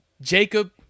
Jacob